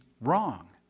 wrong